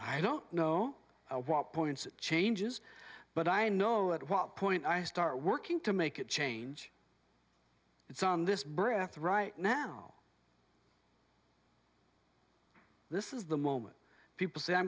i don't know what points changes but i know at what point i start working to make it change it's on this breath right now this is the moment people say i'm